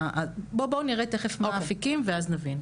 תכף נראה עוד אפיקים ואז נבין.